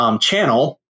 channel